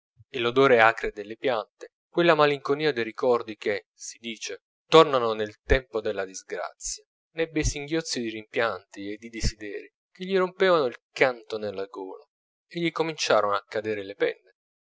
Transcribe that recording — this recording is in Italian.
l'odore acre delle piante quella malinconia dei ricordi che si dice tornano nel tempo della disgrazia n'ebbe singhiozzi di rimpianti e di desideri che gli rompevano il canto nella gola e gli cominciarono a cadere le penne